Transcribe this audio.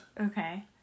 Okay